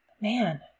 man